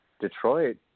Detroit